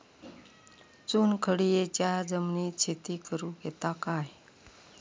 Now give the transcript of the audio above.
चुनखडीयेच्या जमिनीत शेती करुक येता काय?